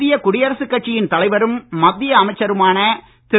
இந்திய குடியரசுக் கட்சியின் தலைவரும் மத்திய அமைச்சருமான திரு